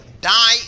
die